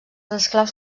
esclaus